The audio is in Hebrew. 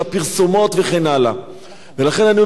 ולכן אני אומר שצריך להיערך מבחינה כלכלית,